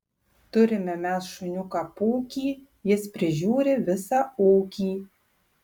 turime mes šuniuką pūkį jis prižiūri visą ūkį